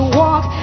walk